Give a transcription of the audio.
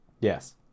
Yes